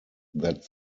that